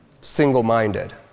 Single-minded